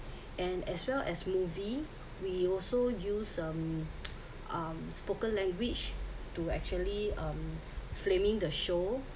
and as well as movie we also use um um spoken language to actually um flaming the show